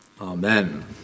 Amen